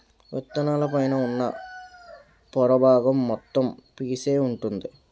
విత్తనాల పైన ఉన్న పొర బాగం మొత్తం పీసే వుంటుంది